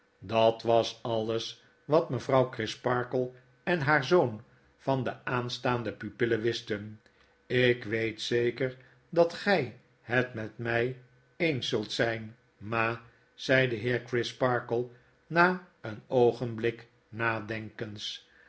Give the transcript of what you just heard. dat was alles wat mevrouw crisparkle en haar zoon van de aanstaande pupillen wisten lk weet zeker dat gy het met my eens zult zijn ma zei de heer crisparkle na een oogenbiik nadenkens